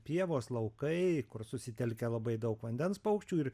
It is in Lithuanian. pievos laukai kur susitelkia labai daug vandens paukščių ir